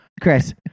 Chris